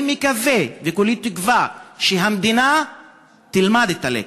אני מקווה וכולי תקווה שהמדינה תלמד את הלקח.